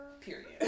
period